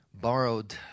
borrowed